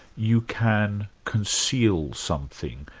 you can conceal something,